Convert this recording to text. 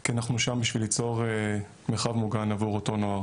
כי אנחנו שם בשביל ליצור מרחב מוגן עבור אותו נוער,